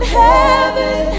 heaven